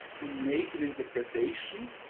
to make an interpretation.